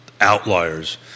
outliers